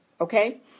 okay